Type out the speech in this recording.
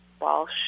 Walsh